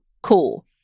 Cool